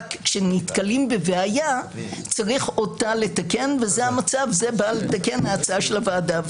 רק כשנתקלים בבעיה צריך אותה לתקן וזה בא לתקן את ההצעה של הוועדה.